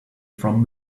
from